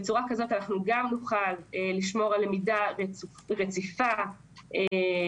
בצורה כזאת גם נוכל לשמור על למידה רציפה מסודרת,